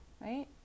right